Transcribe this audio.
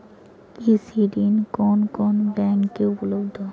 কৃষি ঋণ কোন কোন ব্যাংকে উপলব্ধ?